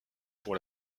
pour